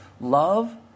Love